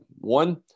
One